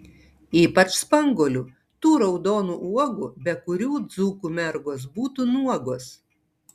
ypač spanguolių tų raudonų uogų be kurių dzūkų mergos būtų nuogos